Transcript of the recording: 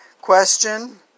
Question